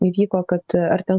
įvyko kad ar ten